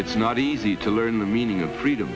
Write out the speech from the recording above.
it's not easy to learn the meaning of freedom